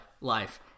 life